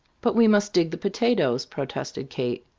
but we must dig the potatoes, protested kate.